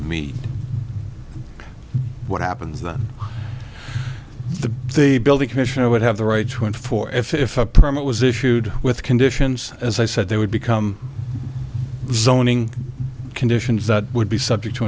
me what happens then the the building commission would have the right to and for if if a permit was issued with conditions as i said they would become zoning conditions that would be subject to